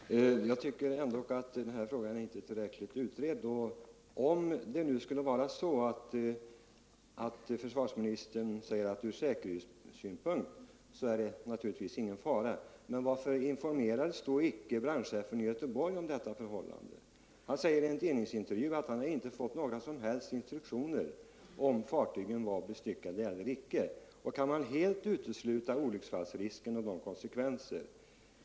Fru talman! Jag tycker ändå att denna fråga inte är tillräckligt utredd. Om det förhåller sig så som försvarsministern säger, att det från säkerhetssynpunkt inte föreligger någon fara, varför informerades inte då brandchefen i Göteborg om detta förhållande? Han har enligt en tidningsintervju sagt att han inte har fått några som helst instruktioner om huruvida fartygen var bestyckade eller inte. Och kan man helt utesluta olycksfallsrisken?